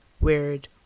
weird